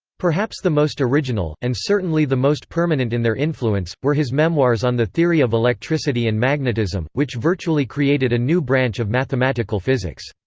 perhaps the most original, and certainly the most permanent in their influence, were his memoirs on the theory of electricity and magnetism, which virtually created a new branch of mathematical physics.